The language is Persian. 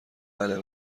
بله